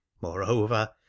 Moreover